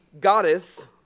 goddess